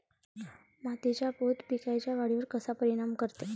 मातीचा पोत पिकाईच्या वाढीवर कसा परिनाम करते?